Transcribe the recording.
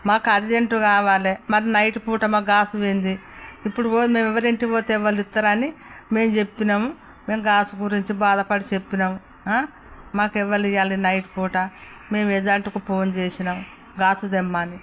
మాకు అర్జెంటు కావాలి మాకు నైట్ పూట మాకు గాస్ పోయింది ఇప్పుడు పోయి మేము ఎవరి ఇంటికి పోతే ఎవళ్ళిస్తారని మేము చెప్పినం మేము గాస్ గురించి బాధపడి చెప్పినం మాకు ఎవ్వరివ్వలే నైట్ పూట మేం ఏజెంటకు ఫోన్ చేసినాం గాసు తెమ్మని